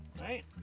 right